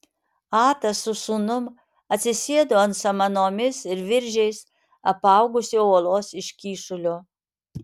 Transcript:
atas su sūnum atsisėdo ant samanomis ir viržiais apaugusio uolos iškyšulio